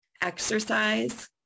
exercise